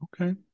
Okay